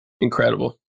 Incredible